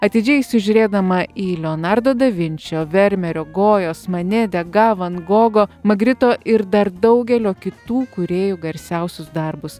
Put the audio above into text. atidžiai įsižiūrėdama į leonardo da vinčio vermerio gojos mane dega van gogo magrito ir dar daugelio kitų kūrėjų garsiausius darbus